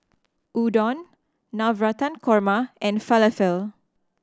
Udon Navratan Korma and Falafel